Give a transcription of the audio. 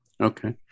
Okay